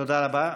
תודה רבה.